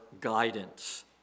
guidance